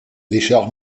richard